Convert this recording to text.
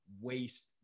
waste